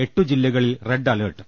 എട്ടു ജില്ലകളിൽ red alert